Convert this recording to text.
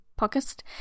podcast